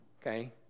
okay